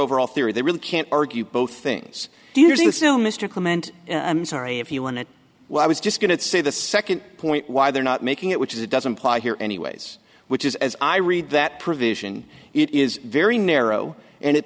overall theory they really can't argue both things do you think still mr clement i'm sorry if he won it well i was just going to say the second point why they're not making it which is it doesn't apply here anyways which is as i i read that provision it is very narrow and it